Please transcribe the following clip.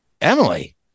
Emily